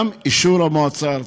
גם אישור המועצה הארצית.